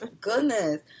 Goodness